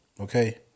Okay